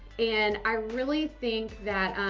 and i really think that,